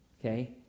Okay